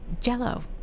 jello